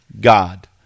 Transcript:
God